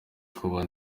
kuba